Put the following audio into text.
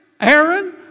Aaron